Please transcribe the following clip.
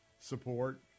support